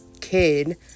kid